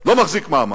לא מחזיק מעמד.